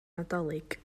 nadolig